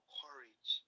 courage